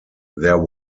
there